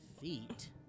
Feet